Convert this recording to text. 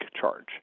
charge